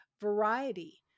variety